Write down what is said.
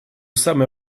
самое